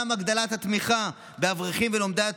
גם הגדלת התמיכה באברכים ולומדי התורה,